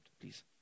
please